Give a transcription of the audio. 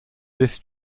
this